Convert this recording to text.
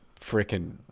freaking